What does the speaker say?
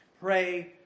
Pray